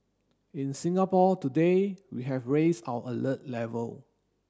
in Singapore today we have raised our alert level